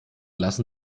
lassen